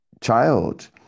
child